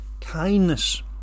kindness